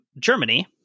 Germany